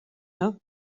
nhw